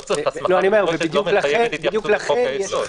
הסמכה מפורשת לא מחייבת התייחסות לחוק-היסוד.